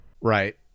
Right